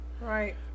Right